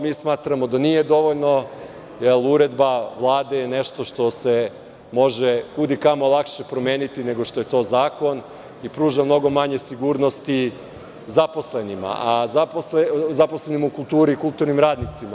Mi smatramo da nije dovoljno, jer uredba Vlade je nešto što se može kud i kamo lakše promeniti nego što je to zakon i pruža mnogo manje sigurnosti zaposlenima u kulturi i kulturnim radnicima.